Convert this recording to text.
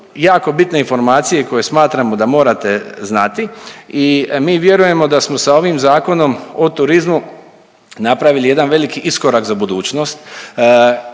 jako bitne informacije koje smatramo da morate znati i mi vjerujemo da smo sa ovim Zakonom o turizmu napravili jedan veliki iskorak za budućnost.